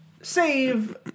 save